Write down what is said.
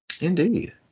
Indeed